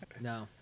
No